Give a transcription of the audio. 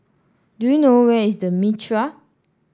do you know where is The Mitraa